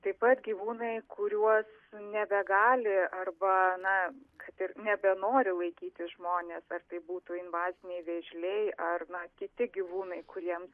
taip pat gyvūnai kuriuos nebegali arba na kad ir nebenori laikyti žmonės ar tai būtų invaziniai vėžliai ar na kiti gyvūnai kuriems